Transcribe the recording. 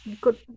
good